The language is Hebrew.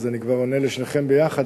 אז אני כבר עונה לשניכם יחד,